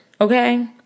okay